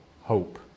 hope